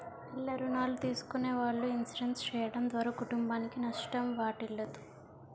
ఇల్ల రుణాలు తీసుకునే వాళ్ళు ఇన్సూరెన్స్ చేయడం ద్వారా కుటుంబానికి నష్టం వాటిల్లదు